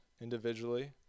individually